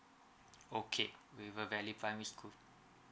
okay river valley primary school